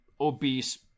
obese